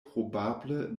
probable